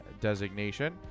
designation